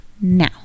now